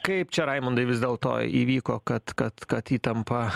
kaip čia raimundui vis dėlto įvyko kad kad kad įtampa